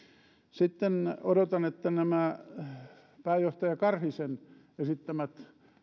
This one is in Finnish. sitten odotan että nämä pääjohtaja karhisen esittämät